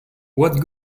what